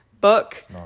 book